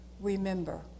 remember